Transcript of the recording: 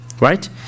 Right